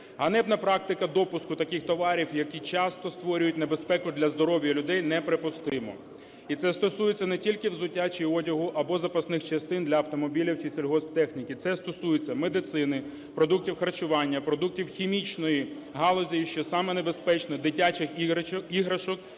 Ганебна практика допуску таких товарів, які часто створюють небезпеку для здоров'я людей, неприпустима. І це стосується не тільки взуття чи одягу, або запасних частин для автомобілів чи сільгосптехніки. Це стосується медицини, продуктів харчування, продуктів хімічної галузі і що саме небезпечне – дитячих іграшок,